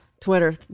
Twitter